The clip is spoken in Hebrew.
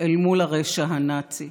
על מול הרשע הנאצי.